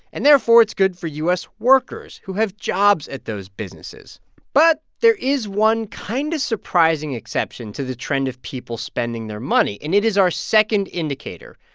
and, therefore, it's good for u s. workers who have jobs at those businesses but there is one kind of surprising exception to the trend of people spending their money, and it is our second indicator,